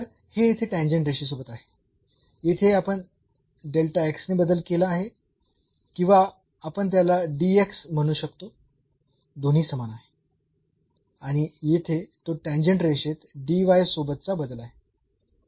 तर हे येथे टॅन्जेंट रेषेसोबत आहे येथे आपण ने बदल केला आहे किंवा आपण त्याला म्हणू शकतो दोन्ही समान आहे आणि येथे तो टॅन्जेंट रेषेत सोबतचा बदल आहे